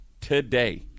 Today